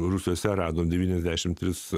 rūsiuose rado devyniasdešimt tris